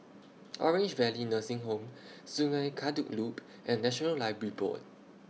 Orange Valley Nursing Home Sungei Kadut Loop and National Library Board